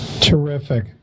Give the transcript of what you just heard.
Terrific